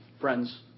friends